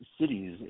cities